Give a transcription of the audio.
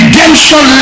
Redemption